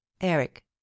Eric